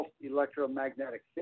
electromagnetic